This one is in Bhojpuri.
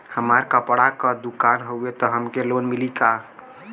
हमार कपड़ा क दुकान हउवे त हमके लोन मिली का?